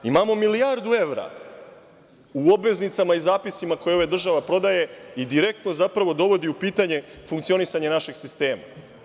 Imamo milijardu evra u obveznicima i zapisima koje država prodaje, direktno dovodi u pitanje funkcionisanje našeg sistema.